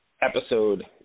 episode